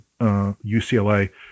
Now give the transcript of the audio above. UCLA